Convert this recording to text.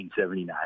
1979